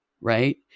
Right